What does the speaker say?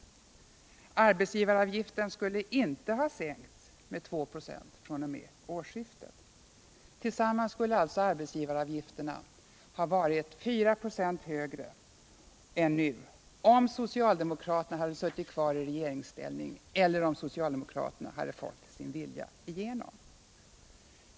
Allmänna arbetsgivaravgiften skulle inte ha sänkts med 2 procentenheter från årsskiftet. Tillsammans skulle alltså detta ha medfört att arbetsgivaravgifterna varit 4 procentenheter högre än nu om socialdemokraterna suttit kvar i regeringsställning eller om de fått sin vilja igenom.